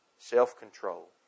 self-control